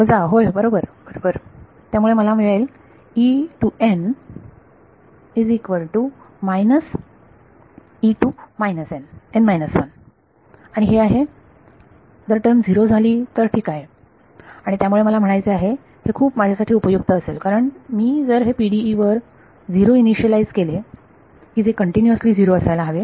वजा होय बरोबर त्यामुळे मला मिळेल आणि हे आहे जर टर्म झिरो झाली तर ठीक आहे आणि त्यामुळे मला म्हणायचे आहे हे खूप माझ्यासाठी उपयुक्त असेल कारण मी जर हे PDE वर 0 इनिशियालाइज केले की जे कंटिन्यूअसली 0 असायला हवे